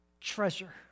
treasure